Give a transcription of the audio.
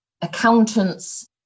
Accountants